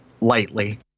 lightly